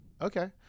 okay